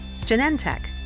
Genentech